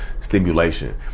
stimulation